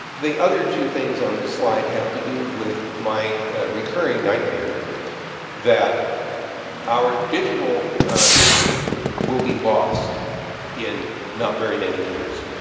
the other two things on this slide have to do with my recurring nightmare that our digital history will be lost in not very many years.